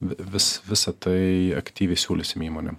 v vis visa tai aktyviai siūlysim įmonėm